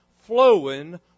flowing